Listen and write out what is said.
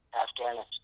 Afghanistan